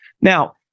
Now